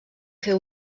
fer